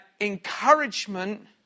encouragement